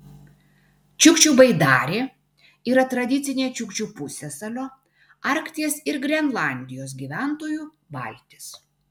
čiukčių baidarė yra tradicinė čiukčių pusiasalio arkties ir grenlandijos gyventojų valtis